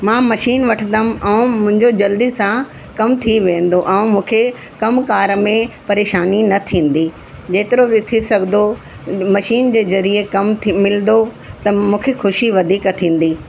मां मशीन वठंदमि ऐं मुंहिंजो जल्दी सां कमु थी वेंदो ऐं मूंखे कमकार में परेशानी न थींदी जेतिरो बि थी सघंदो मशीन जे ज़रिये कमु मिलंदो त मूंखे ख़ुशी वधीक थींदी